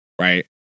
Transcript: right